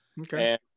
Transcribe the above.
Okay